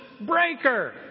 breaker